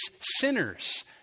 sinners